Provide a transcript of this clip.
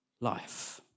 life